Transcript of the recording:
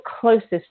closest